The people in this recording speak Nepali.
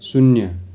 शून्य